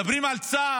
מדברים על צה"ל,